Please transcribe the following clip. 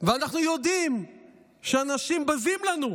ואנחנו יודעים שאנשים בזים לנו,